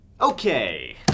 Okay